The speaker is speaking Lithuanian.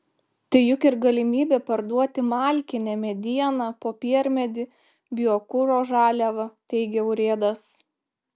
tai juk ir galimybė parduoti malkinę medieną popiermedį biokuro žaliavą teigė urėdas